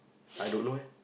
I don't know eh